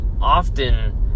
Often